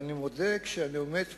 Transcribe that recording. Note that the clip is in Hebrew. ואני מודה, כשאני עומד פה,